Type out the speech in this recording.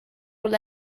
will